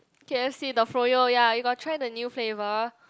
K_F_C the froyo ya you got try the new flavour